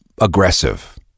aggressive